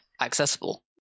accessible